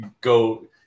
Go